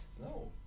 No